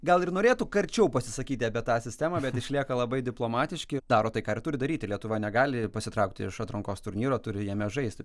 gal ir norėtų karčiau pasisakyti apie tą sistemą bet išlieka labai diplomatiški daro tai ką ir turi daryti lietuva negali pasitraukti iš atrankos turnyrų turi jame žaist